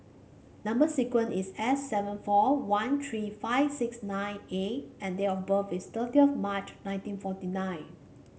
number sequence is S seven four one three five six nine A and date of birth is thirty of March nineteen forty nine